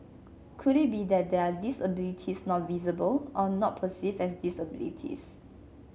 could it be that there are disabilities not visible or not perceived as disabilities